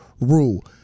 rule